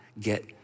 get